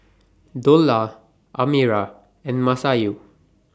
Dollah Amirah and Masayu